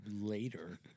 later